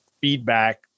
feedback